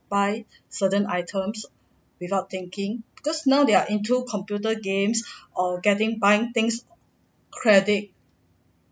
buy certain items without thinking because now they're into computer games or getting buying things credit